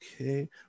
Okay